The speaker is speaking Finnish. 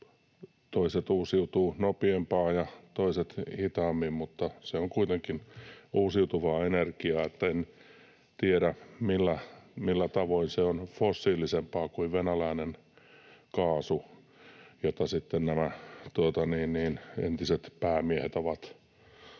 toiset uusiutuvat nopeammin ja toiset hitaammin, mutta se on kuitenkin uusiutuvaa energiaa. En tiedä, millä tavoin se on fossiilisempaa kuin venäläinen kaasu, jota sitten nämä Suomen entiset